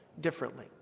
differently